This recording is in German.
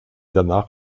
danach